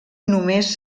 només